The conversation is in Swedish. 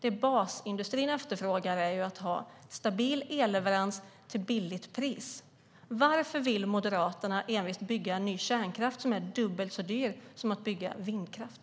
Det basindustrin efterfrågar är stabila elleveranser till lågt pris. Varför vill Moderaterna envist bygga ny kärnkraft som är dubbelt så dyr som att bygga vindkraft?